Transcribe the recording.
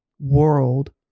world